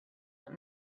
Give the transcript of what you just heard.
but